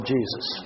Jesus